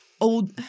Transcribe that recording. old